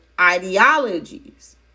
ideologies